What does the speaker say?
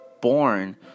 born